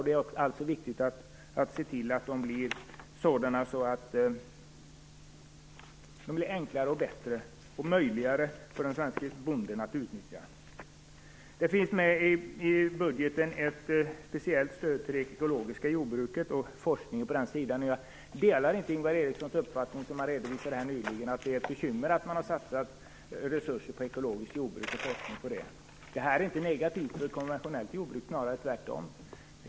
Det är viktigt att se till att de blir enklare och bättre, och så att det blir mer möjligt för den svenske bonden att utnyttja dem. Det finns ett speciellt stöd till det ekologiska jordbruket och forskningen kring detta i budgeten. Jag delar inte den uppfattning som Ingvar Eriksson redovisade, att det är ett bekymmer att man har satsat resurser på ekologiskt jordbruk och på forskning kring det. Det här är inte negativt för konventionellt jordbruk, snarare tvärtom.